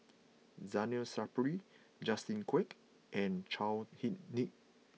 Zainal Sapari Justin Quek and Chao Hick Tin